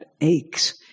aches